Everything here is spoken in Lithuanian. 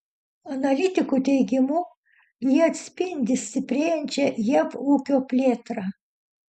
analitikų teigimu jie atspindi stiprėjančią jav ūkio plėtrą